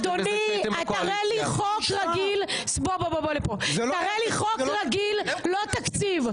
אדוני, תראה לי חוק רגיל, לא תקציב.